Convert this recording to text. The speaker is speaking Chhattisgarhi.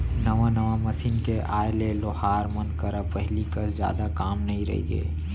नवा नवा मसीन के आए ले लोहार मन करा पहिली कस जादा काम नइ रइगे